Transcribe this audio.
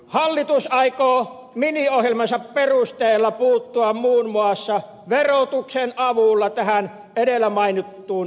hallitus aikoo miniohjelmansa perusteella puuttua muun muassa verotuksen avulla tähän edellä mainittuun epäkohtaan